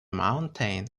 mountain